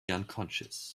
unconscious